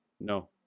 No